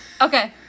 Okay